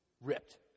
ripped